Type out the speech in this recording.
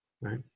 Right